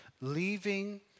leaving